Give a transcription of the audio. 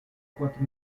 quattro